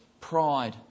Pride